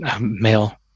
Male